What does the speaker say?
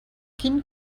quin